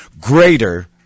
Greater